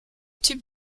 type